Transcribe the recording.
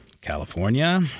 California